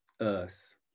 earth